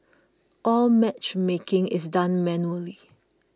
all matchmaking is done manually